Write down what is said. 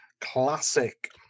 Classic